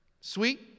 Sweet